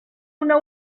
una